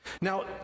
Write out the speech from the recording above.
Now